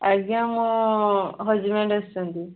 ଆଜ୍ଞା ମୋ ହଜବେଣ୍ଡ ଆସିଛନ୍ତି